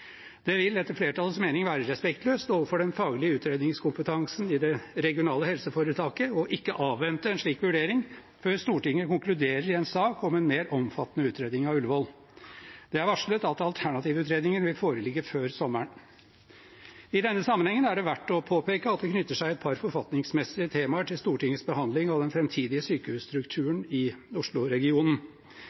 Det vil etter flertallets mening være respektløst overfor den faglige utredningskompetansen i det regionale helseforetaket å ikke avvente en slik vurdering før Stortinget konkluderer i en sak om en mer omfattende utredning av Ullevål. Det er varslet at alternativutredningen vil foreligge før sommeren. I denne sammenhengen er det verdt å påpeke at det knytter seg et par forfatningsmessige temaer til Stortingets behandling av den framtidige sykehusstrukturen i